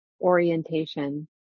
orientation